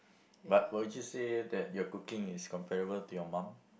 but would you say that your cooking is comparable to your mum